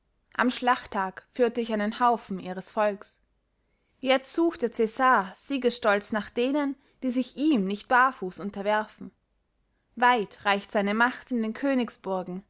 am schlachttag führte ich einen haufen ihres volks jetzt sucht der cäsar siegesstolz nach denen die sich ihm nicht barfuß unterwerfen weit reicht seine macht in den